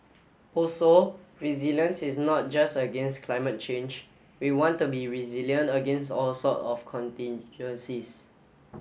also resilience is not just against climate change we want to be resilient against all sort of contingencies